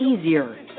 easier